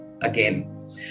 again